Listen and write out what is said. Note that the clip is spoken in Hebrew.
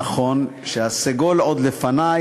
נכון שהסגול עוד לפני,